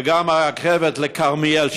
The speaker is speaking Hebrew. וגם על הרכבת לכרמיאל,